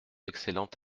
excellente